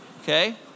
okay